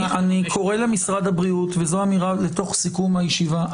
אני קורא למשרד הבריאות, וזו אמירה לסיכום הישיבה: